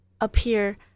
appear